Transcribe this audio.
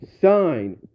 sign